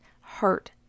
hurt